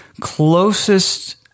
closest